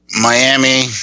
Miami